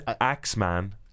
axeman